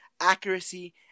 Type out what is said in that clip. accuracy